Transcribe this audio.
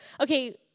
Okay